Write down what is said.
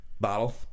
bottle